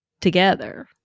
together